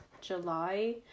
july